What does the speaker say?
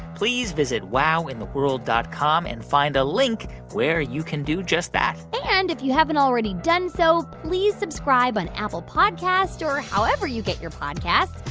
please visit wowintheworld dot com and find a link where you can do just that and if you haven't already done so, please subscribe on apple podcasts or however you get your podcasts.